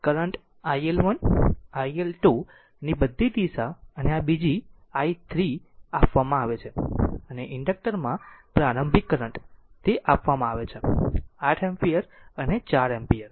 current iL1 iL2 ની બધી દિશા અને આ બીજી i3 આપવામાં આવે છે અને ઇન્ડક્ટર માં પ્રારંભિક કરંટ તે આપવામાં આવે છે 8 એમ્પીયર અને 4 એમ્પીયર